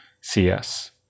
CS